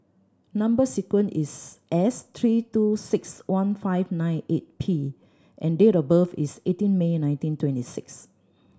number sequence is S three two six one five nine eight P and date of birth is eighteen May nineteen twenty six